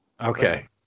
Okay